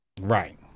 right